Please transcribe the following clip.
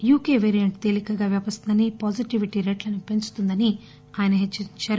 UK variant తేలీకగా వ్యాపిస్తుందని positivity రేట్లను పెంచుతుందని ఆయన చెప్పారు